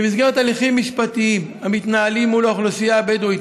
במסגרת הליכים משפטיים המתנהלים מול האוכלוסייה הבדואית